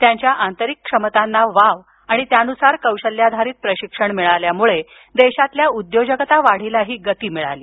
त्यांच्या आंतरिक क्षमतांना वाव आणि त्यानुसार कौशल्याधारित प्रशिक्षण मिळाल्यामुळे देशातील उद्योजकता वाढीलाही गती मिळाली